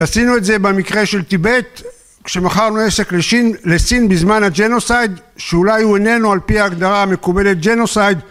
עשינו את זה במקרה של טיבט כשמכרנו עסק לסין בזמן הג'נוסייד שאולי הוא איננו על פי ההגדרה המקוולת ג'נוסייד